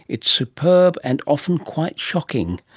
it's superb and often quite shocking.